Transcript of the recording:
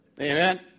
Amen